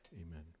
Amen